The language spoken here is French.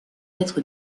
être